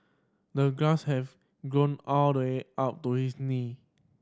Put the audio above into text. the grass have grown all the way out to his knee